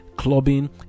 Clubbing